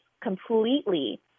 completely